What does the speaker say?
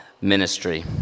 ministry